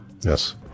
Yes